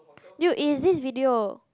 you is this video